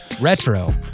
Retro